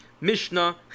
Mishnah